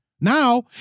Now